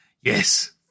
yes